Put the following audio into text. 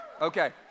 Okay